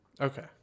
Okay